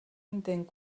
intent